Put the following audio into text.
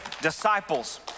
disciples